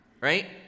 right